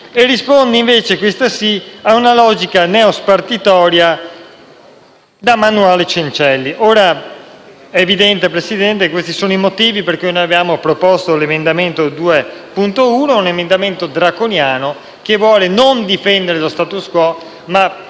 ma risponde invece - questa sì - a una logica neospartitoria da manuale Cencelli. È evidente che questi sono i motivi per cui noi abbiamo proposto l'emendamento 2.1; un emendamento draconiano che non vuole difendere lo *status quo,* ma